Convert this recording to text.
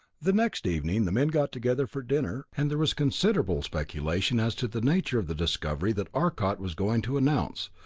the next evening the men got together for dinner, and there was considerable speculation as to the nature of the discovery that arcot was going to announce,